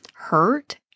Hurt